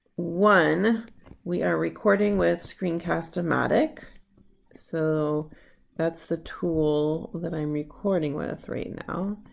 one we are recording with screencast-o-matic so that's the tool that i'm recording with right now.